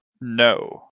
No